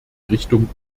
richtung